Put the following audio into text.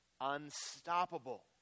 unstoppable